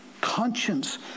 Conscience